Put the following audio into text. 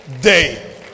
day